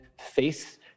face